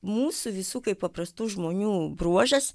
mūsų visų kaip paprastų žmonių bruožas